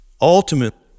Ultimately